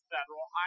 Federal